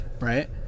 right